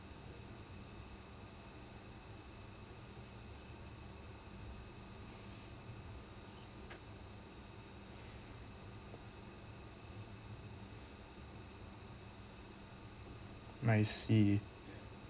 might see it